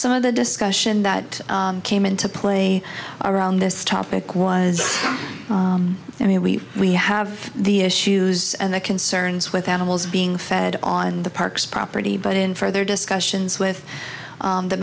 some of the discussion that came into play around this topic was i mean we we have the issues and the concerns with animals being fed on the parks property but in further discussions with